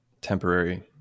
temporary